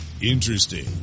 interesting